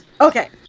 Okay